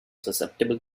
susceptible